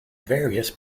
various